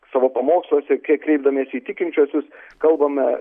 savo pamoksluose kai kreipdamiesi į tikinčiuosius kalbame